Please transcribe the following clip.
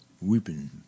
Weeping